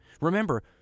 Remember